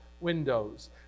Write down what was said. windows